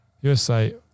USA